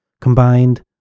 combined